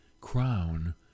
crown